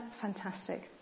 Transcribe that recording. fantastic